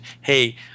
hey